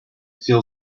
feel